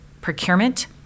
procurement